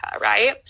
Right